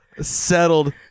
settled